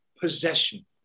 possession